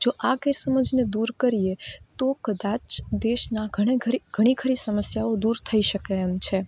જો આ ગેરસમજને દૂર કરીએ તો કદાચ દેશના ઘણે ઘણે ઘણી ખરી સમસ્યાઓ દૂર થઈ શકે એમ છે